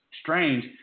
Strange